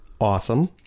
Awesome